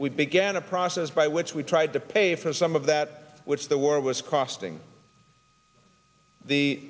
we began a process by which we tried to pay for some of that which the war was costing the